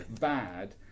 bad